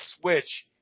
switch